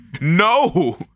no